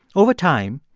over time,